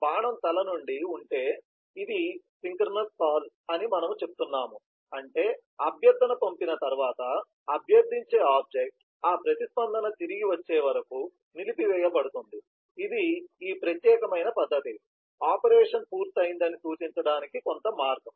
బాణం తల నిండి ఉంటే ఇది సింక్రోనస్ కాల్ అని మనము చెప్తున్నాము అంటే అభ్యర్థన పంపిన తర్వాత అభ్యర్థించే ఆబ్జెక్ట్ ఆ ప్రతిస్పందన తిరిగి వచ్చే వరకు నిలిపివేయబడుతుంది ఇది ఈ ప్రత్యేకమైన పద్ధతి ఆపరేషన్ పూర్తయిందని సూచించడానికి కొంత మార్గం